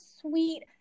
sweet